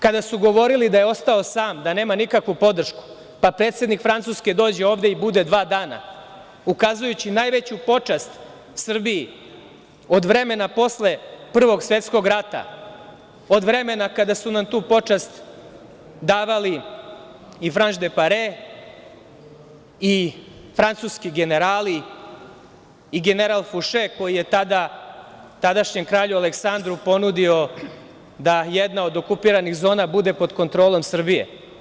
Kada su govorili da je ostao sam, da nema nikakvu podršku pa predsednik Francuske dođe ovde i bude dva dana, ukazujući najveću počast Srbiji od vremena posle Prvog svetskog rata, od vremena kada su nam tu počast davali i Franš D' Epare i francuski generali i general Fuše, koji je tadašnjem Kralju Aleksandru ponudio da jedna od okupiranih zona bude pod kontrolom Srbije.